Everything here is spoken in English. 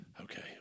Okay